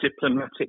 diplomatic